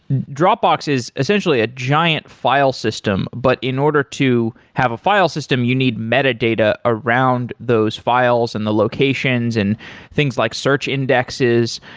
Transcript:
dropbox is essentially a giant file system, but in order to have a file system, you need metadata around those files and the locations and things like search indexes.